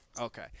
Okay